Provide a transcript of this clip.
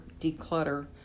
declutter